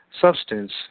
substance